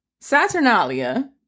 Saturnalia